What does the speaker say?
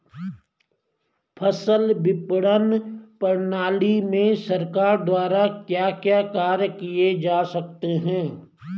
फसल विपणन प्रणाली में सरकार द्वारा क्या क्या कार्य किए जा रहे हैं?